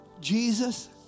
Jesus